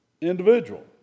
individual